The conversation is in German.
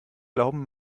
glauben